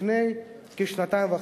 לפני כשנתיים וחצי.